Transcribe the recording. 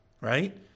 right